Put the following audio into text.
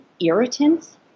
irritants